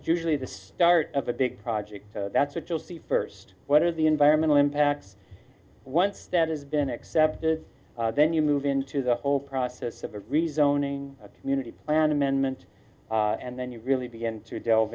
usually the start of a big project that's what you'll see first what are the environmental impacts once that has been accepted then you move into the whole process of a rezoning a community plan amendment and then you really begin to delve